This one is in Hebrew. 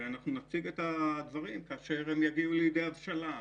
ונציג את הדברים כאשר הם יגיעו לידי הבשלה.